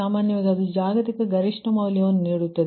ಸಾಮಾನ್ಯವಾಗಿ ಅದು ಜಾಗತಿಕ ಗರಿಷ್ಠಮೌಲ್ಯವನ್ನು ನೀಡುತ್ತದೆ